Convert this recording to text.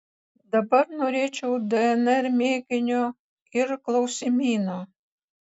dabar norėčiau dnr mėginio ir klausimyno